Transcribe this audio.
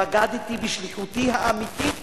בגדתי בשליחותי האמיתית,